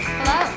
Hello